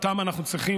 אותן אנחנו צריכים,